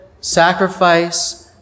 sacrifice